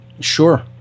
Sure